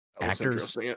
actors